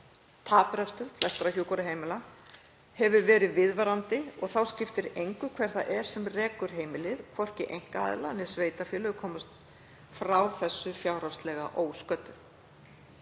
Taprekstur flestra hjúkrunarheimila hefur verið viðvarandi og þá skiptir engu hver það er sem rekur heimilið. Hvorki einkaaðilar né sveitarfélög komast frá þessu fjárhagslega ósködduð.